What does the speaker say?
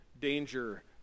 danger